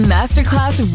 Masterclass